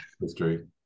History